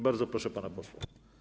Bardzo proszę pana posła.